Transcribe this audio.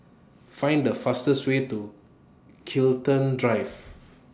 Find The fastest Way to Chiltern Drive